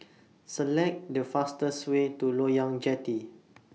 Select The fastest Way to Loyang Jetty